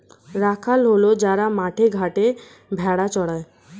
রাখাল হল যারা মাঠে ঘাটে ভেড়া চড়ায়